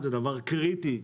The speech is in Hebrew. גם בזמן השר סמוטריץ',